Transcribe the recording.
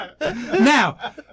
Now